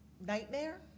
nightmare